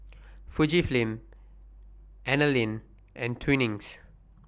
Fujifilm Anlene and Twinings